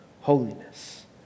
Holiness